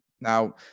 now